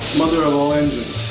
mother of all engines